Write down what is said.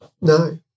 No